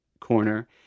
corner